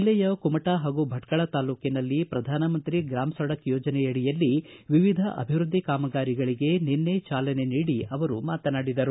ಜಿಲ್ಲೆಯ ಕುಮಟಾ ಹಾಗೂ ಭಟ್ಕಳ ತಾಲೂಟನಲ್ಲಿ ಪ್ರಧಾಮಮಂತ್ರಿ ಗ್ರಾಮ ಸಡಕ್ ಯೋಜನೆಯಡಿಯಲ್ಲಿ ವಿವಿಧ ಅಭಿವೃದ್ದಿ ಕಾಮಗಾರಿಗಳಿಗೆ ನಿನ್ನೆ ಚಾಲನೆ ನೀಡಿ ಅವರು ಮಾತನಾಡಿದರು